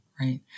Right